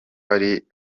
uri